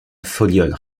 folioles